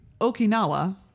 Okinawa